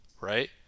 right